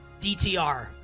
DTR